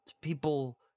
people